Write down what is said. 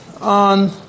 on